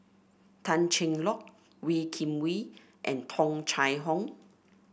Tan Cheng Lock Wee Kim Wee and Tung Chye Hong